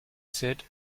said